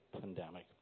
pandemic